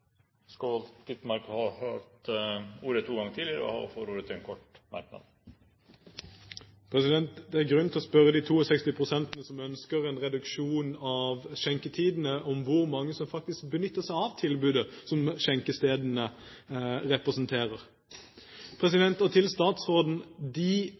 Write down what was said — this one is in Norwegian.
skal glede oss over, opplever det motsatte av glede på grunn av utrygghet og frykt i sine hjem. Peter Skovholt Gitmark har hatt ordet to ganger og får ordet til en kort merknad, begrenset til 1 minutt. Det er grunn til å spørre de 62 pst. som ønsker en reduksjon av skjenketidene, om hvor mange